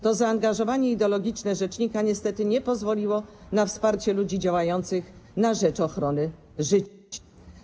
To zaangażowanie ideologiczne rzecznika niestety nie pozwoliło na wsparcie ludzi działających na rzecz ochrony życia.